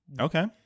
Okay